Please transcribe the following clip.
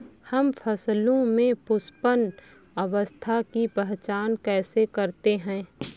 हम फसलों में पुष्पन अवस्था की पहचान कैसे करते हैं?